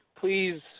Please